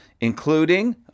including